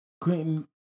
Quentin